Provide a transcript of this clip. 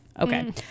Okay